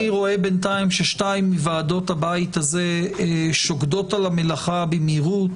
אני רואה בינתיים ששתיים מוועדות הבית הזה שוקדות על המלאכה במהירות